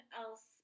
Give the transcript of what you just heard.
else